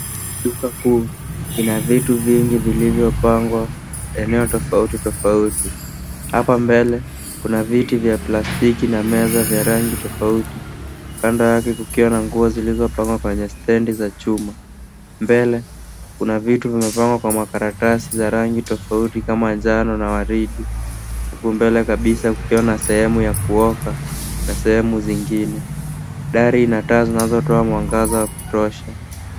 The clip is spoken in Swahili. Duka kuu ina vitu vingi vilivyopangwa eneo tofauti tofauti. Hapa mbele kuna viti vya plastiki na meza ya rangi tofauti. Kando yake kukiwa na nguo zilizopangwa kwenye stendi za chuma. Mbele kuna vitu zimepangwa wenye makaratasi za rangi tofauti kama njano na waridi. Huku mbele kabisa kukiwa na sehemu ya kuoga na sehemu zingine. Dari na taa zinazotoa mwangaza wa kutosha.